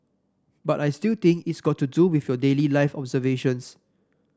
but I still think it's got to do with your daily life observations